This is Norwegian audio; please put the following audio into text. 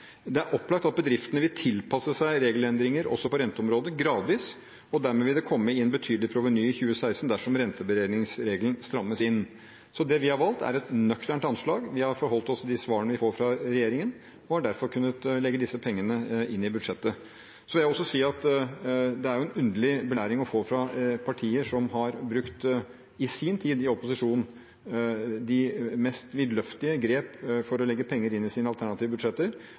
Det er opplagt at bedriftene vil tilpasse seg regelendringer også på renteområdet, gradvis, og dermed vil det komme inn betydelige provenyer i 2016 dersom renteberegningsregelen strammes inn. Så det vi har valgt, er et nøkternt anslag. Vi har forholdt oss til de svarene vi får fra regjeringen, og har derfor kunnet legge disse pengene inn i budsjettet. Jeg vil også si at det er jo en underlig belæring å få fra partier som i sin tid i opposisjon har brukt de mest vidløftige grep for å legge penger inn i sine alternative budsjetter.